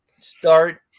start